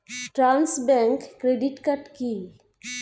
Trust bank credit card কি?